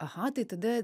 aha tai tada